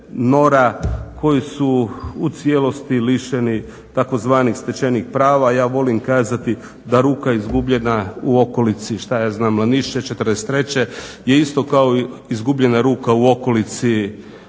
koji su u cijelosti lišeni tzv. stečenih prava. Ja volim kazati da ruka izgubljena u okolici šta ja znam … '43. je isto kao izgubljena ruka u okolici